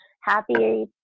happy